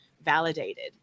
validated